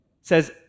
says